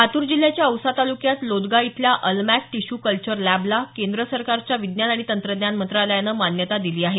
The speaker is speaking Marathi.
लातूर जिल्ह्याच्या औसा तालुक्यात लोदगा इथल्या अलमॅक टिशू कल्चर लॅबला केंद्र सरकारच्या विज्ञान आणि तंत्रज्ञान मंत्रालयानं मान्यता दिली आहे